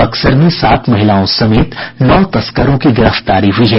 बक्सर में सात महिलाओं समेत नौ तस्करों की गिरफ्तारी हुई है